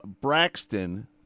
Braxton